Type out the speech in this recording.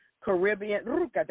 Caribbean